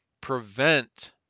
Prevent